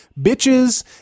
bitches